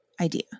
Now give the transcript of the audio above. idea